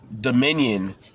dominion